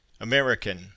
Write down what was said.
American